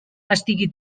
estigui